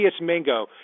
Mingo